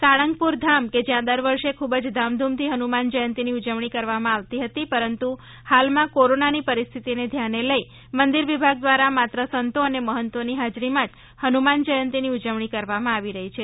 સાળગપુર ધામ કે જ્યાં દર વર્ષે ખુબજ ધામ ધૂમ થી હનુમાન જ્યંતી ની ઉજવણી કરવામાં આવતી હોય છે પરંતુ હાલમાં કોરોના ની પરિસ્થિતિ ને ધ્યાને લઇ મંદિર વિભાગ દ્વારા માત્ર સંતો અને મહંતો ની હાજરીમાં હનુમાન જ્યંતી ની ઉજવણી કરવામાં આવી રહી છે